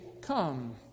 come